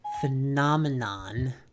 phenomenon